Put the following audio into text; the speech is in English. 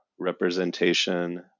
representation